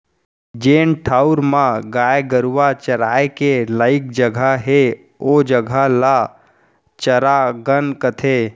जेन ठउर म गाय गरूवा चराय के लइक जघा हे ओ जघा ल चरागन कथें